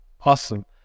Awesome